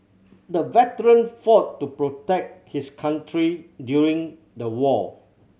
the veteran fought to protect his country during the war